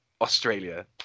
australia